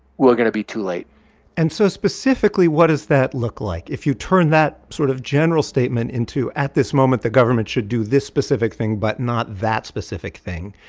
we're going to be too late and so specifically, what does that look like? if you turn that sort of general statement into at this moment, the government should do this specific thing but not that specific thing,